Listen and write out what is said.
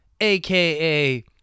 aka